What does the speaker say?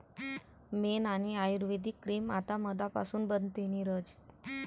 मेण आणि आयुर्वेदिक क्रीम आता मधापासून बनते, नीरज